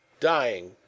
dying